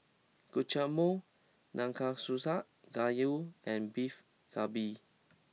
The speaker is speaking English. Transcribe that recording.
Guacamole Nanakusa Gayu and Beef Galbi